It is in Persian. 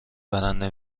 برنده